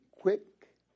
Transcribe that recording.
quick